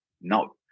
No